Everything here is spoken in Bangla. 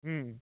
হুম